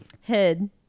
head